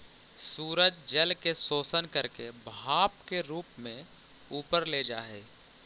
सूरज जल के शोषण करके भाप के रूप में ऊपर ले जा हई